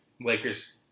Lakers